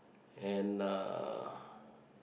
and uh